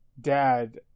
dad